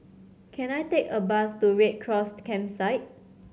can I take a bus to Red Cross Campsite